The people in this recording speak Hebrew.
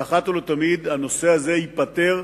ואחת ולתמיד הנושא הזה ייפתר,